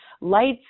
lights